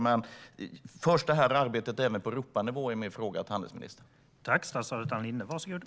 Min fråga till handelsministern är alltså: Förs detta arbete även på Europanivå?